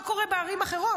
מה קורה בערים אחרות?